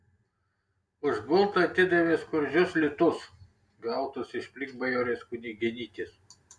už gultą atidavė skurdžius litus gautus iš plikbajorės kunigėnytės